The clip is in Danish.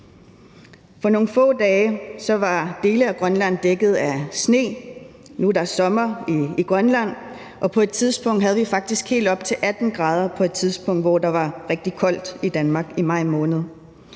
For nogle få dage siden var dele af Grønland dækket af sne. Nu er der sommer i Grønland. Og på et tidspunkt havde vi faktisk helt op til 18 grader, hvor der var rigtig koldt i Danmark i maj måned.